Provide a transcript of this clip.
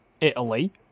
Italy